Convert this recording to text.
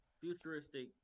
Futuristic